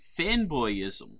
fanboyism